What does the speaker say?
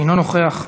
אינו נוכח.